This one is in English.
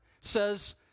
says